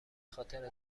خاطر